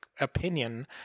opinion